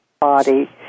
body